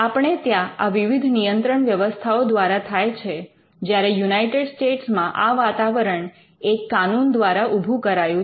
આપણે ત્યાં આ વિવિધ નિયંત્રણ વ્યવસ્થાઓ દ્વારા થાય છે જ્યારે યુનાઇટેડ સ્ટેટ્સમાં આ વાતાવરણ એક કાનૂન દ્વારા ઉભુ કરાયું છે